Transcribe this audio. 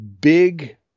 big